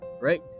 right